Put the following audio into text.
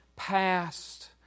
past